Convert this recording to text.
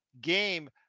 game